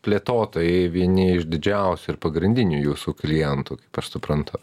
plėtotojai vieni iš didžiausių ir pagrindinių jūsų klientų kaip aš suprantu